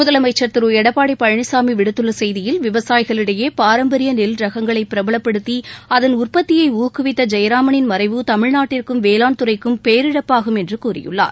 முதலமைச்சர் திரு எடப்பாடி பழனிசாமி விடுத்துள்ள செய்தியில் விவசாயிகளிடையே பாரம்பரிய நெல் ரகங்களை பிரபலப்படுத்தி அதன் உற்பத்தியை ஊக்குவித்த ஜெயராமனின் மறைவு தமிழ்நாட்டிற்கும் வேளாண் துறைக்கும் பேரிழப்பாகும் என்று கூறியுள்ளார்